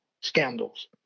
Scandals